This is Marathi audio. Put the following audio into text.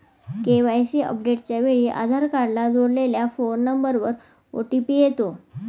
के.वाय.सी अपडेटच्या वेळी आधार कार्डला जोडलेल्या फोन नंबरवर ओ.टी.पी येतो